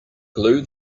glue